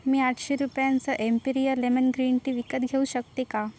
मी आठशे रुपयांचा Emperia lemon green tea विकत घेऊ शकते का